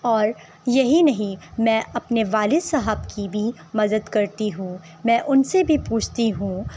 اور یہی نہیں میں اپنے والد صاحب کی بھی مدد کرتی ہوں میں ان سے بھی پوچھتی ہوں